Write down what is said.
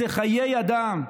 זה חיי אדם.